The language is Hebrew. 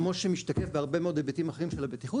כמו שמשתקף בהרבה מאוד היבטים אחרים של הבטיחות,